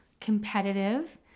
competitive